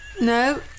No